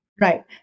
Right